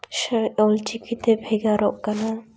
ᱥᱮ ᱚᱞᱪᱤᱠᱤᱛᱮ ᱵᱷᱮᱜᱟᱨᱚᱜ ᱠᱟᱱᱟ